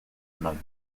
among